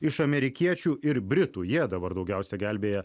iš amerikiečių ir britų jie dabar daugiausia gelbėja